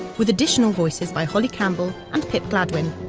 with additional voices by holly campbell and pip gladwin.